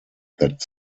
that